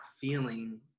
feeling